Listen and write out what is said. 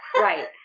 Right